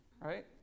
Right